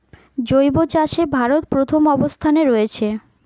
জৈব চাষে ভারত প্রথম অবস্থানে রয়েছে